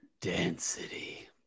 Density